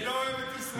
היא לא אוהבת את ישראל,